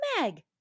Meg